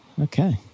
Okay